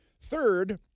Third